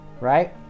right